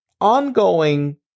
ongoing